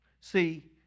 See